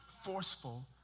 forceful